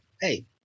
Hey